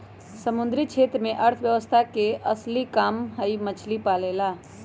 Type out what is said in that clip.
समुद्री क्षेत्र में अर्थव्यवस्था के असली काम हई मछली पालेला